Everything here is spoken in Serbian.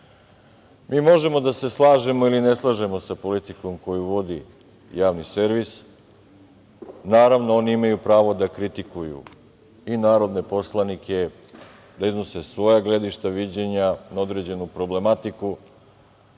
možemo da se slažemo ili ne slažemo sa politikom koju vodi javni servis. Naravno, oni imaju pravo da kritikuju i narodne poslanike, da iznose svoja gledišta, viđenja, na određenu problematiku,